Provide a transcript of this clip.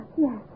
yes